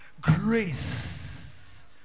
grace